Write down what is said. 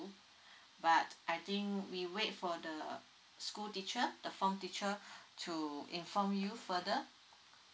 but I think we wait for the school teacher the form teacher to inform you further